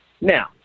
Now